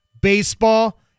baseball